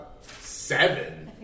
seven